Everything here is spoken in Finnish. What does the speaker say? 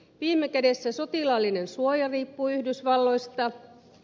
viime kädessä sotilaallinen suoja riippuu yhdysvalloista